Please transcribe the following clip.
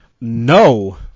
No